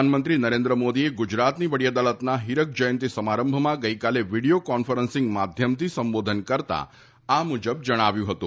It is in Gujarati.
પ્રધાનમંત્રી નરેન્દ્ર મોદીએ ગુજરાતની વડી અદાલતના હીરક જયંતી સમારંભમાં ગઈકાલે વિડીયો કોન્ફરન્સીંગ માધ્યમથી સંબોધન કરતા આ મુજબ જણાવ્યું હતું